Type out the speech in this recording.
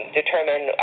determine